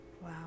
Wow